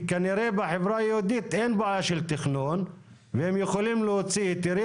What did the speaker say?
כנראה בחברה היהודית אין בעיה של תכנון והם יכולים להוציא היתרים,